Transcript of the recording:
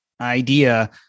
idea